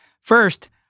First